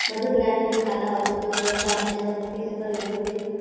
मध्य ग्रामीण मे खाता हको तौ पंजाब नेशनल पर कैसे करैलहो हे?